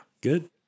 Good